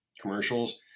commercials